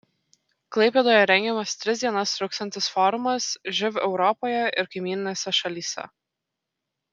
klaipėdoje rengiamas tris dienas truksiantis forumas živ europoje ir kaimyninėse šalyse